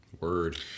Word